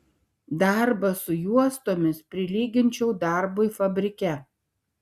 darbą su juostomis prilyginčiau darbui fabrike